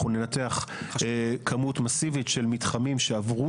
אנחנו ננתח כמות מאסיבית של מתחמים שעברו